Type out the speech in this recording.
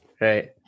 right